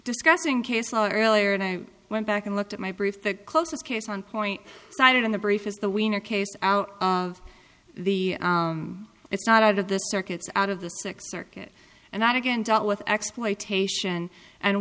discussing case law earlier and i went back and looked at my brief the closest case one point cited in the brief is the winner case out of the it's not out of the circuits out of the six circuit and out again dealt with exploitation and